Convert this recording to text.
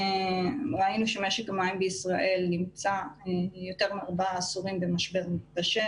ראינו שמשק המים בישראל נמצא יותר מארבעה עשורים במשבר מתמשך.